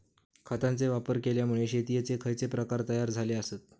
खतांचे वापर केल्यामुळे शेतीयेचे खैचे प्रकार तयार झाले आसत?